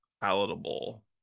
palatable